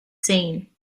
seen